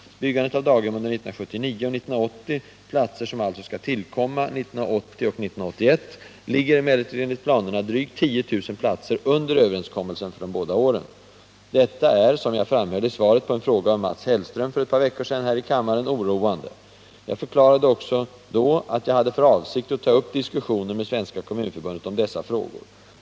Byggandet av daghem under 1979 och 1980, platser som alltså skall tillkomma 1980 och 1981, ligger emellertid enligt planerna drygt 10 000 platser under överenskommelsen för de båda åren. Detta är, som jag framhöll i svaret på en fråga av Mats Hellström för ett par veckor sedan här i kammaren, oroande. Jag förklarade också då att jag hade för avsikt att ta upp diskussioner med Svenska kommunförbundet om dessa frågor.